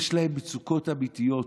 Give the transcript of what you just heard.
יש להם מצוקות אמיתיות.